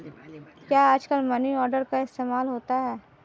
क्या आजकल money order का इस्तेमाल होता है?